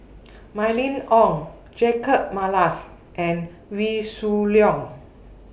Mylene Ong Jacob Ballas and Wee Shoo Leong